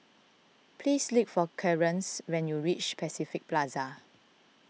please look for Clearence when you reach Pacific Plaza